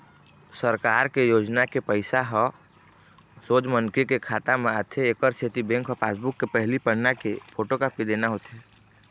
सरकार के योजना के पइसा ह सोझ मनखे के खाता म आथे एकर सेती बेंक पासबूक के पहिली पन्ना के फोटोकापी देना होथे